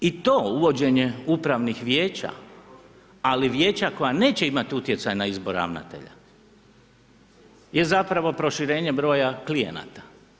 Ali i to uvođenje upravnog vijeća, ali vijeća koja neće imati utjecaj na izbor ravnatelja, je zapravo proširenje klijenata.